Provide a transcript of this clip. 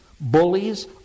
bullies